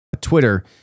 Twitter